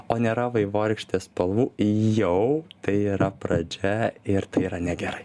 o nėra vaivorykštės spalvų jau tai yra pradžia ir tai yra negerai